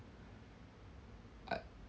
I